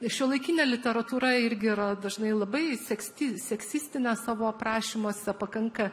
ir šiuolaikinė literatūra irgi yra dažnai labai seksti seksistinė savo aprašymuose pakanka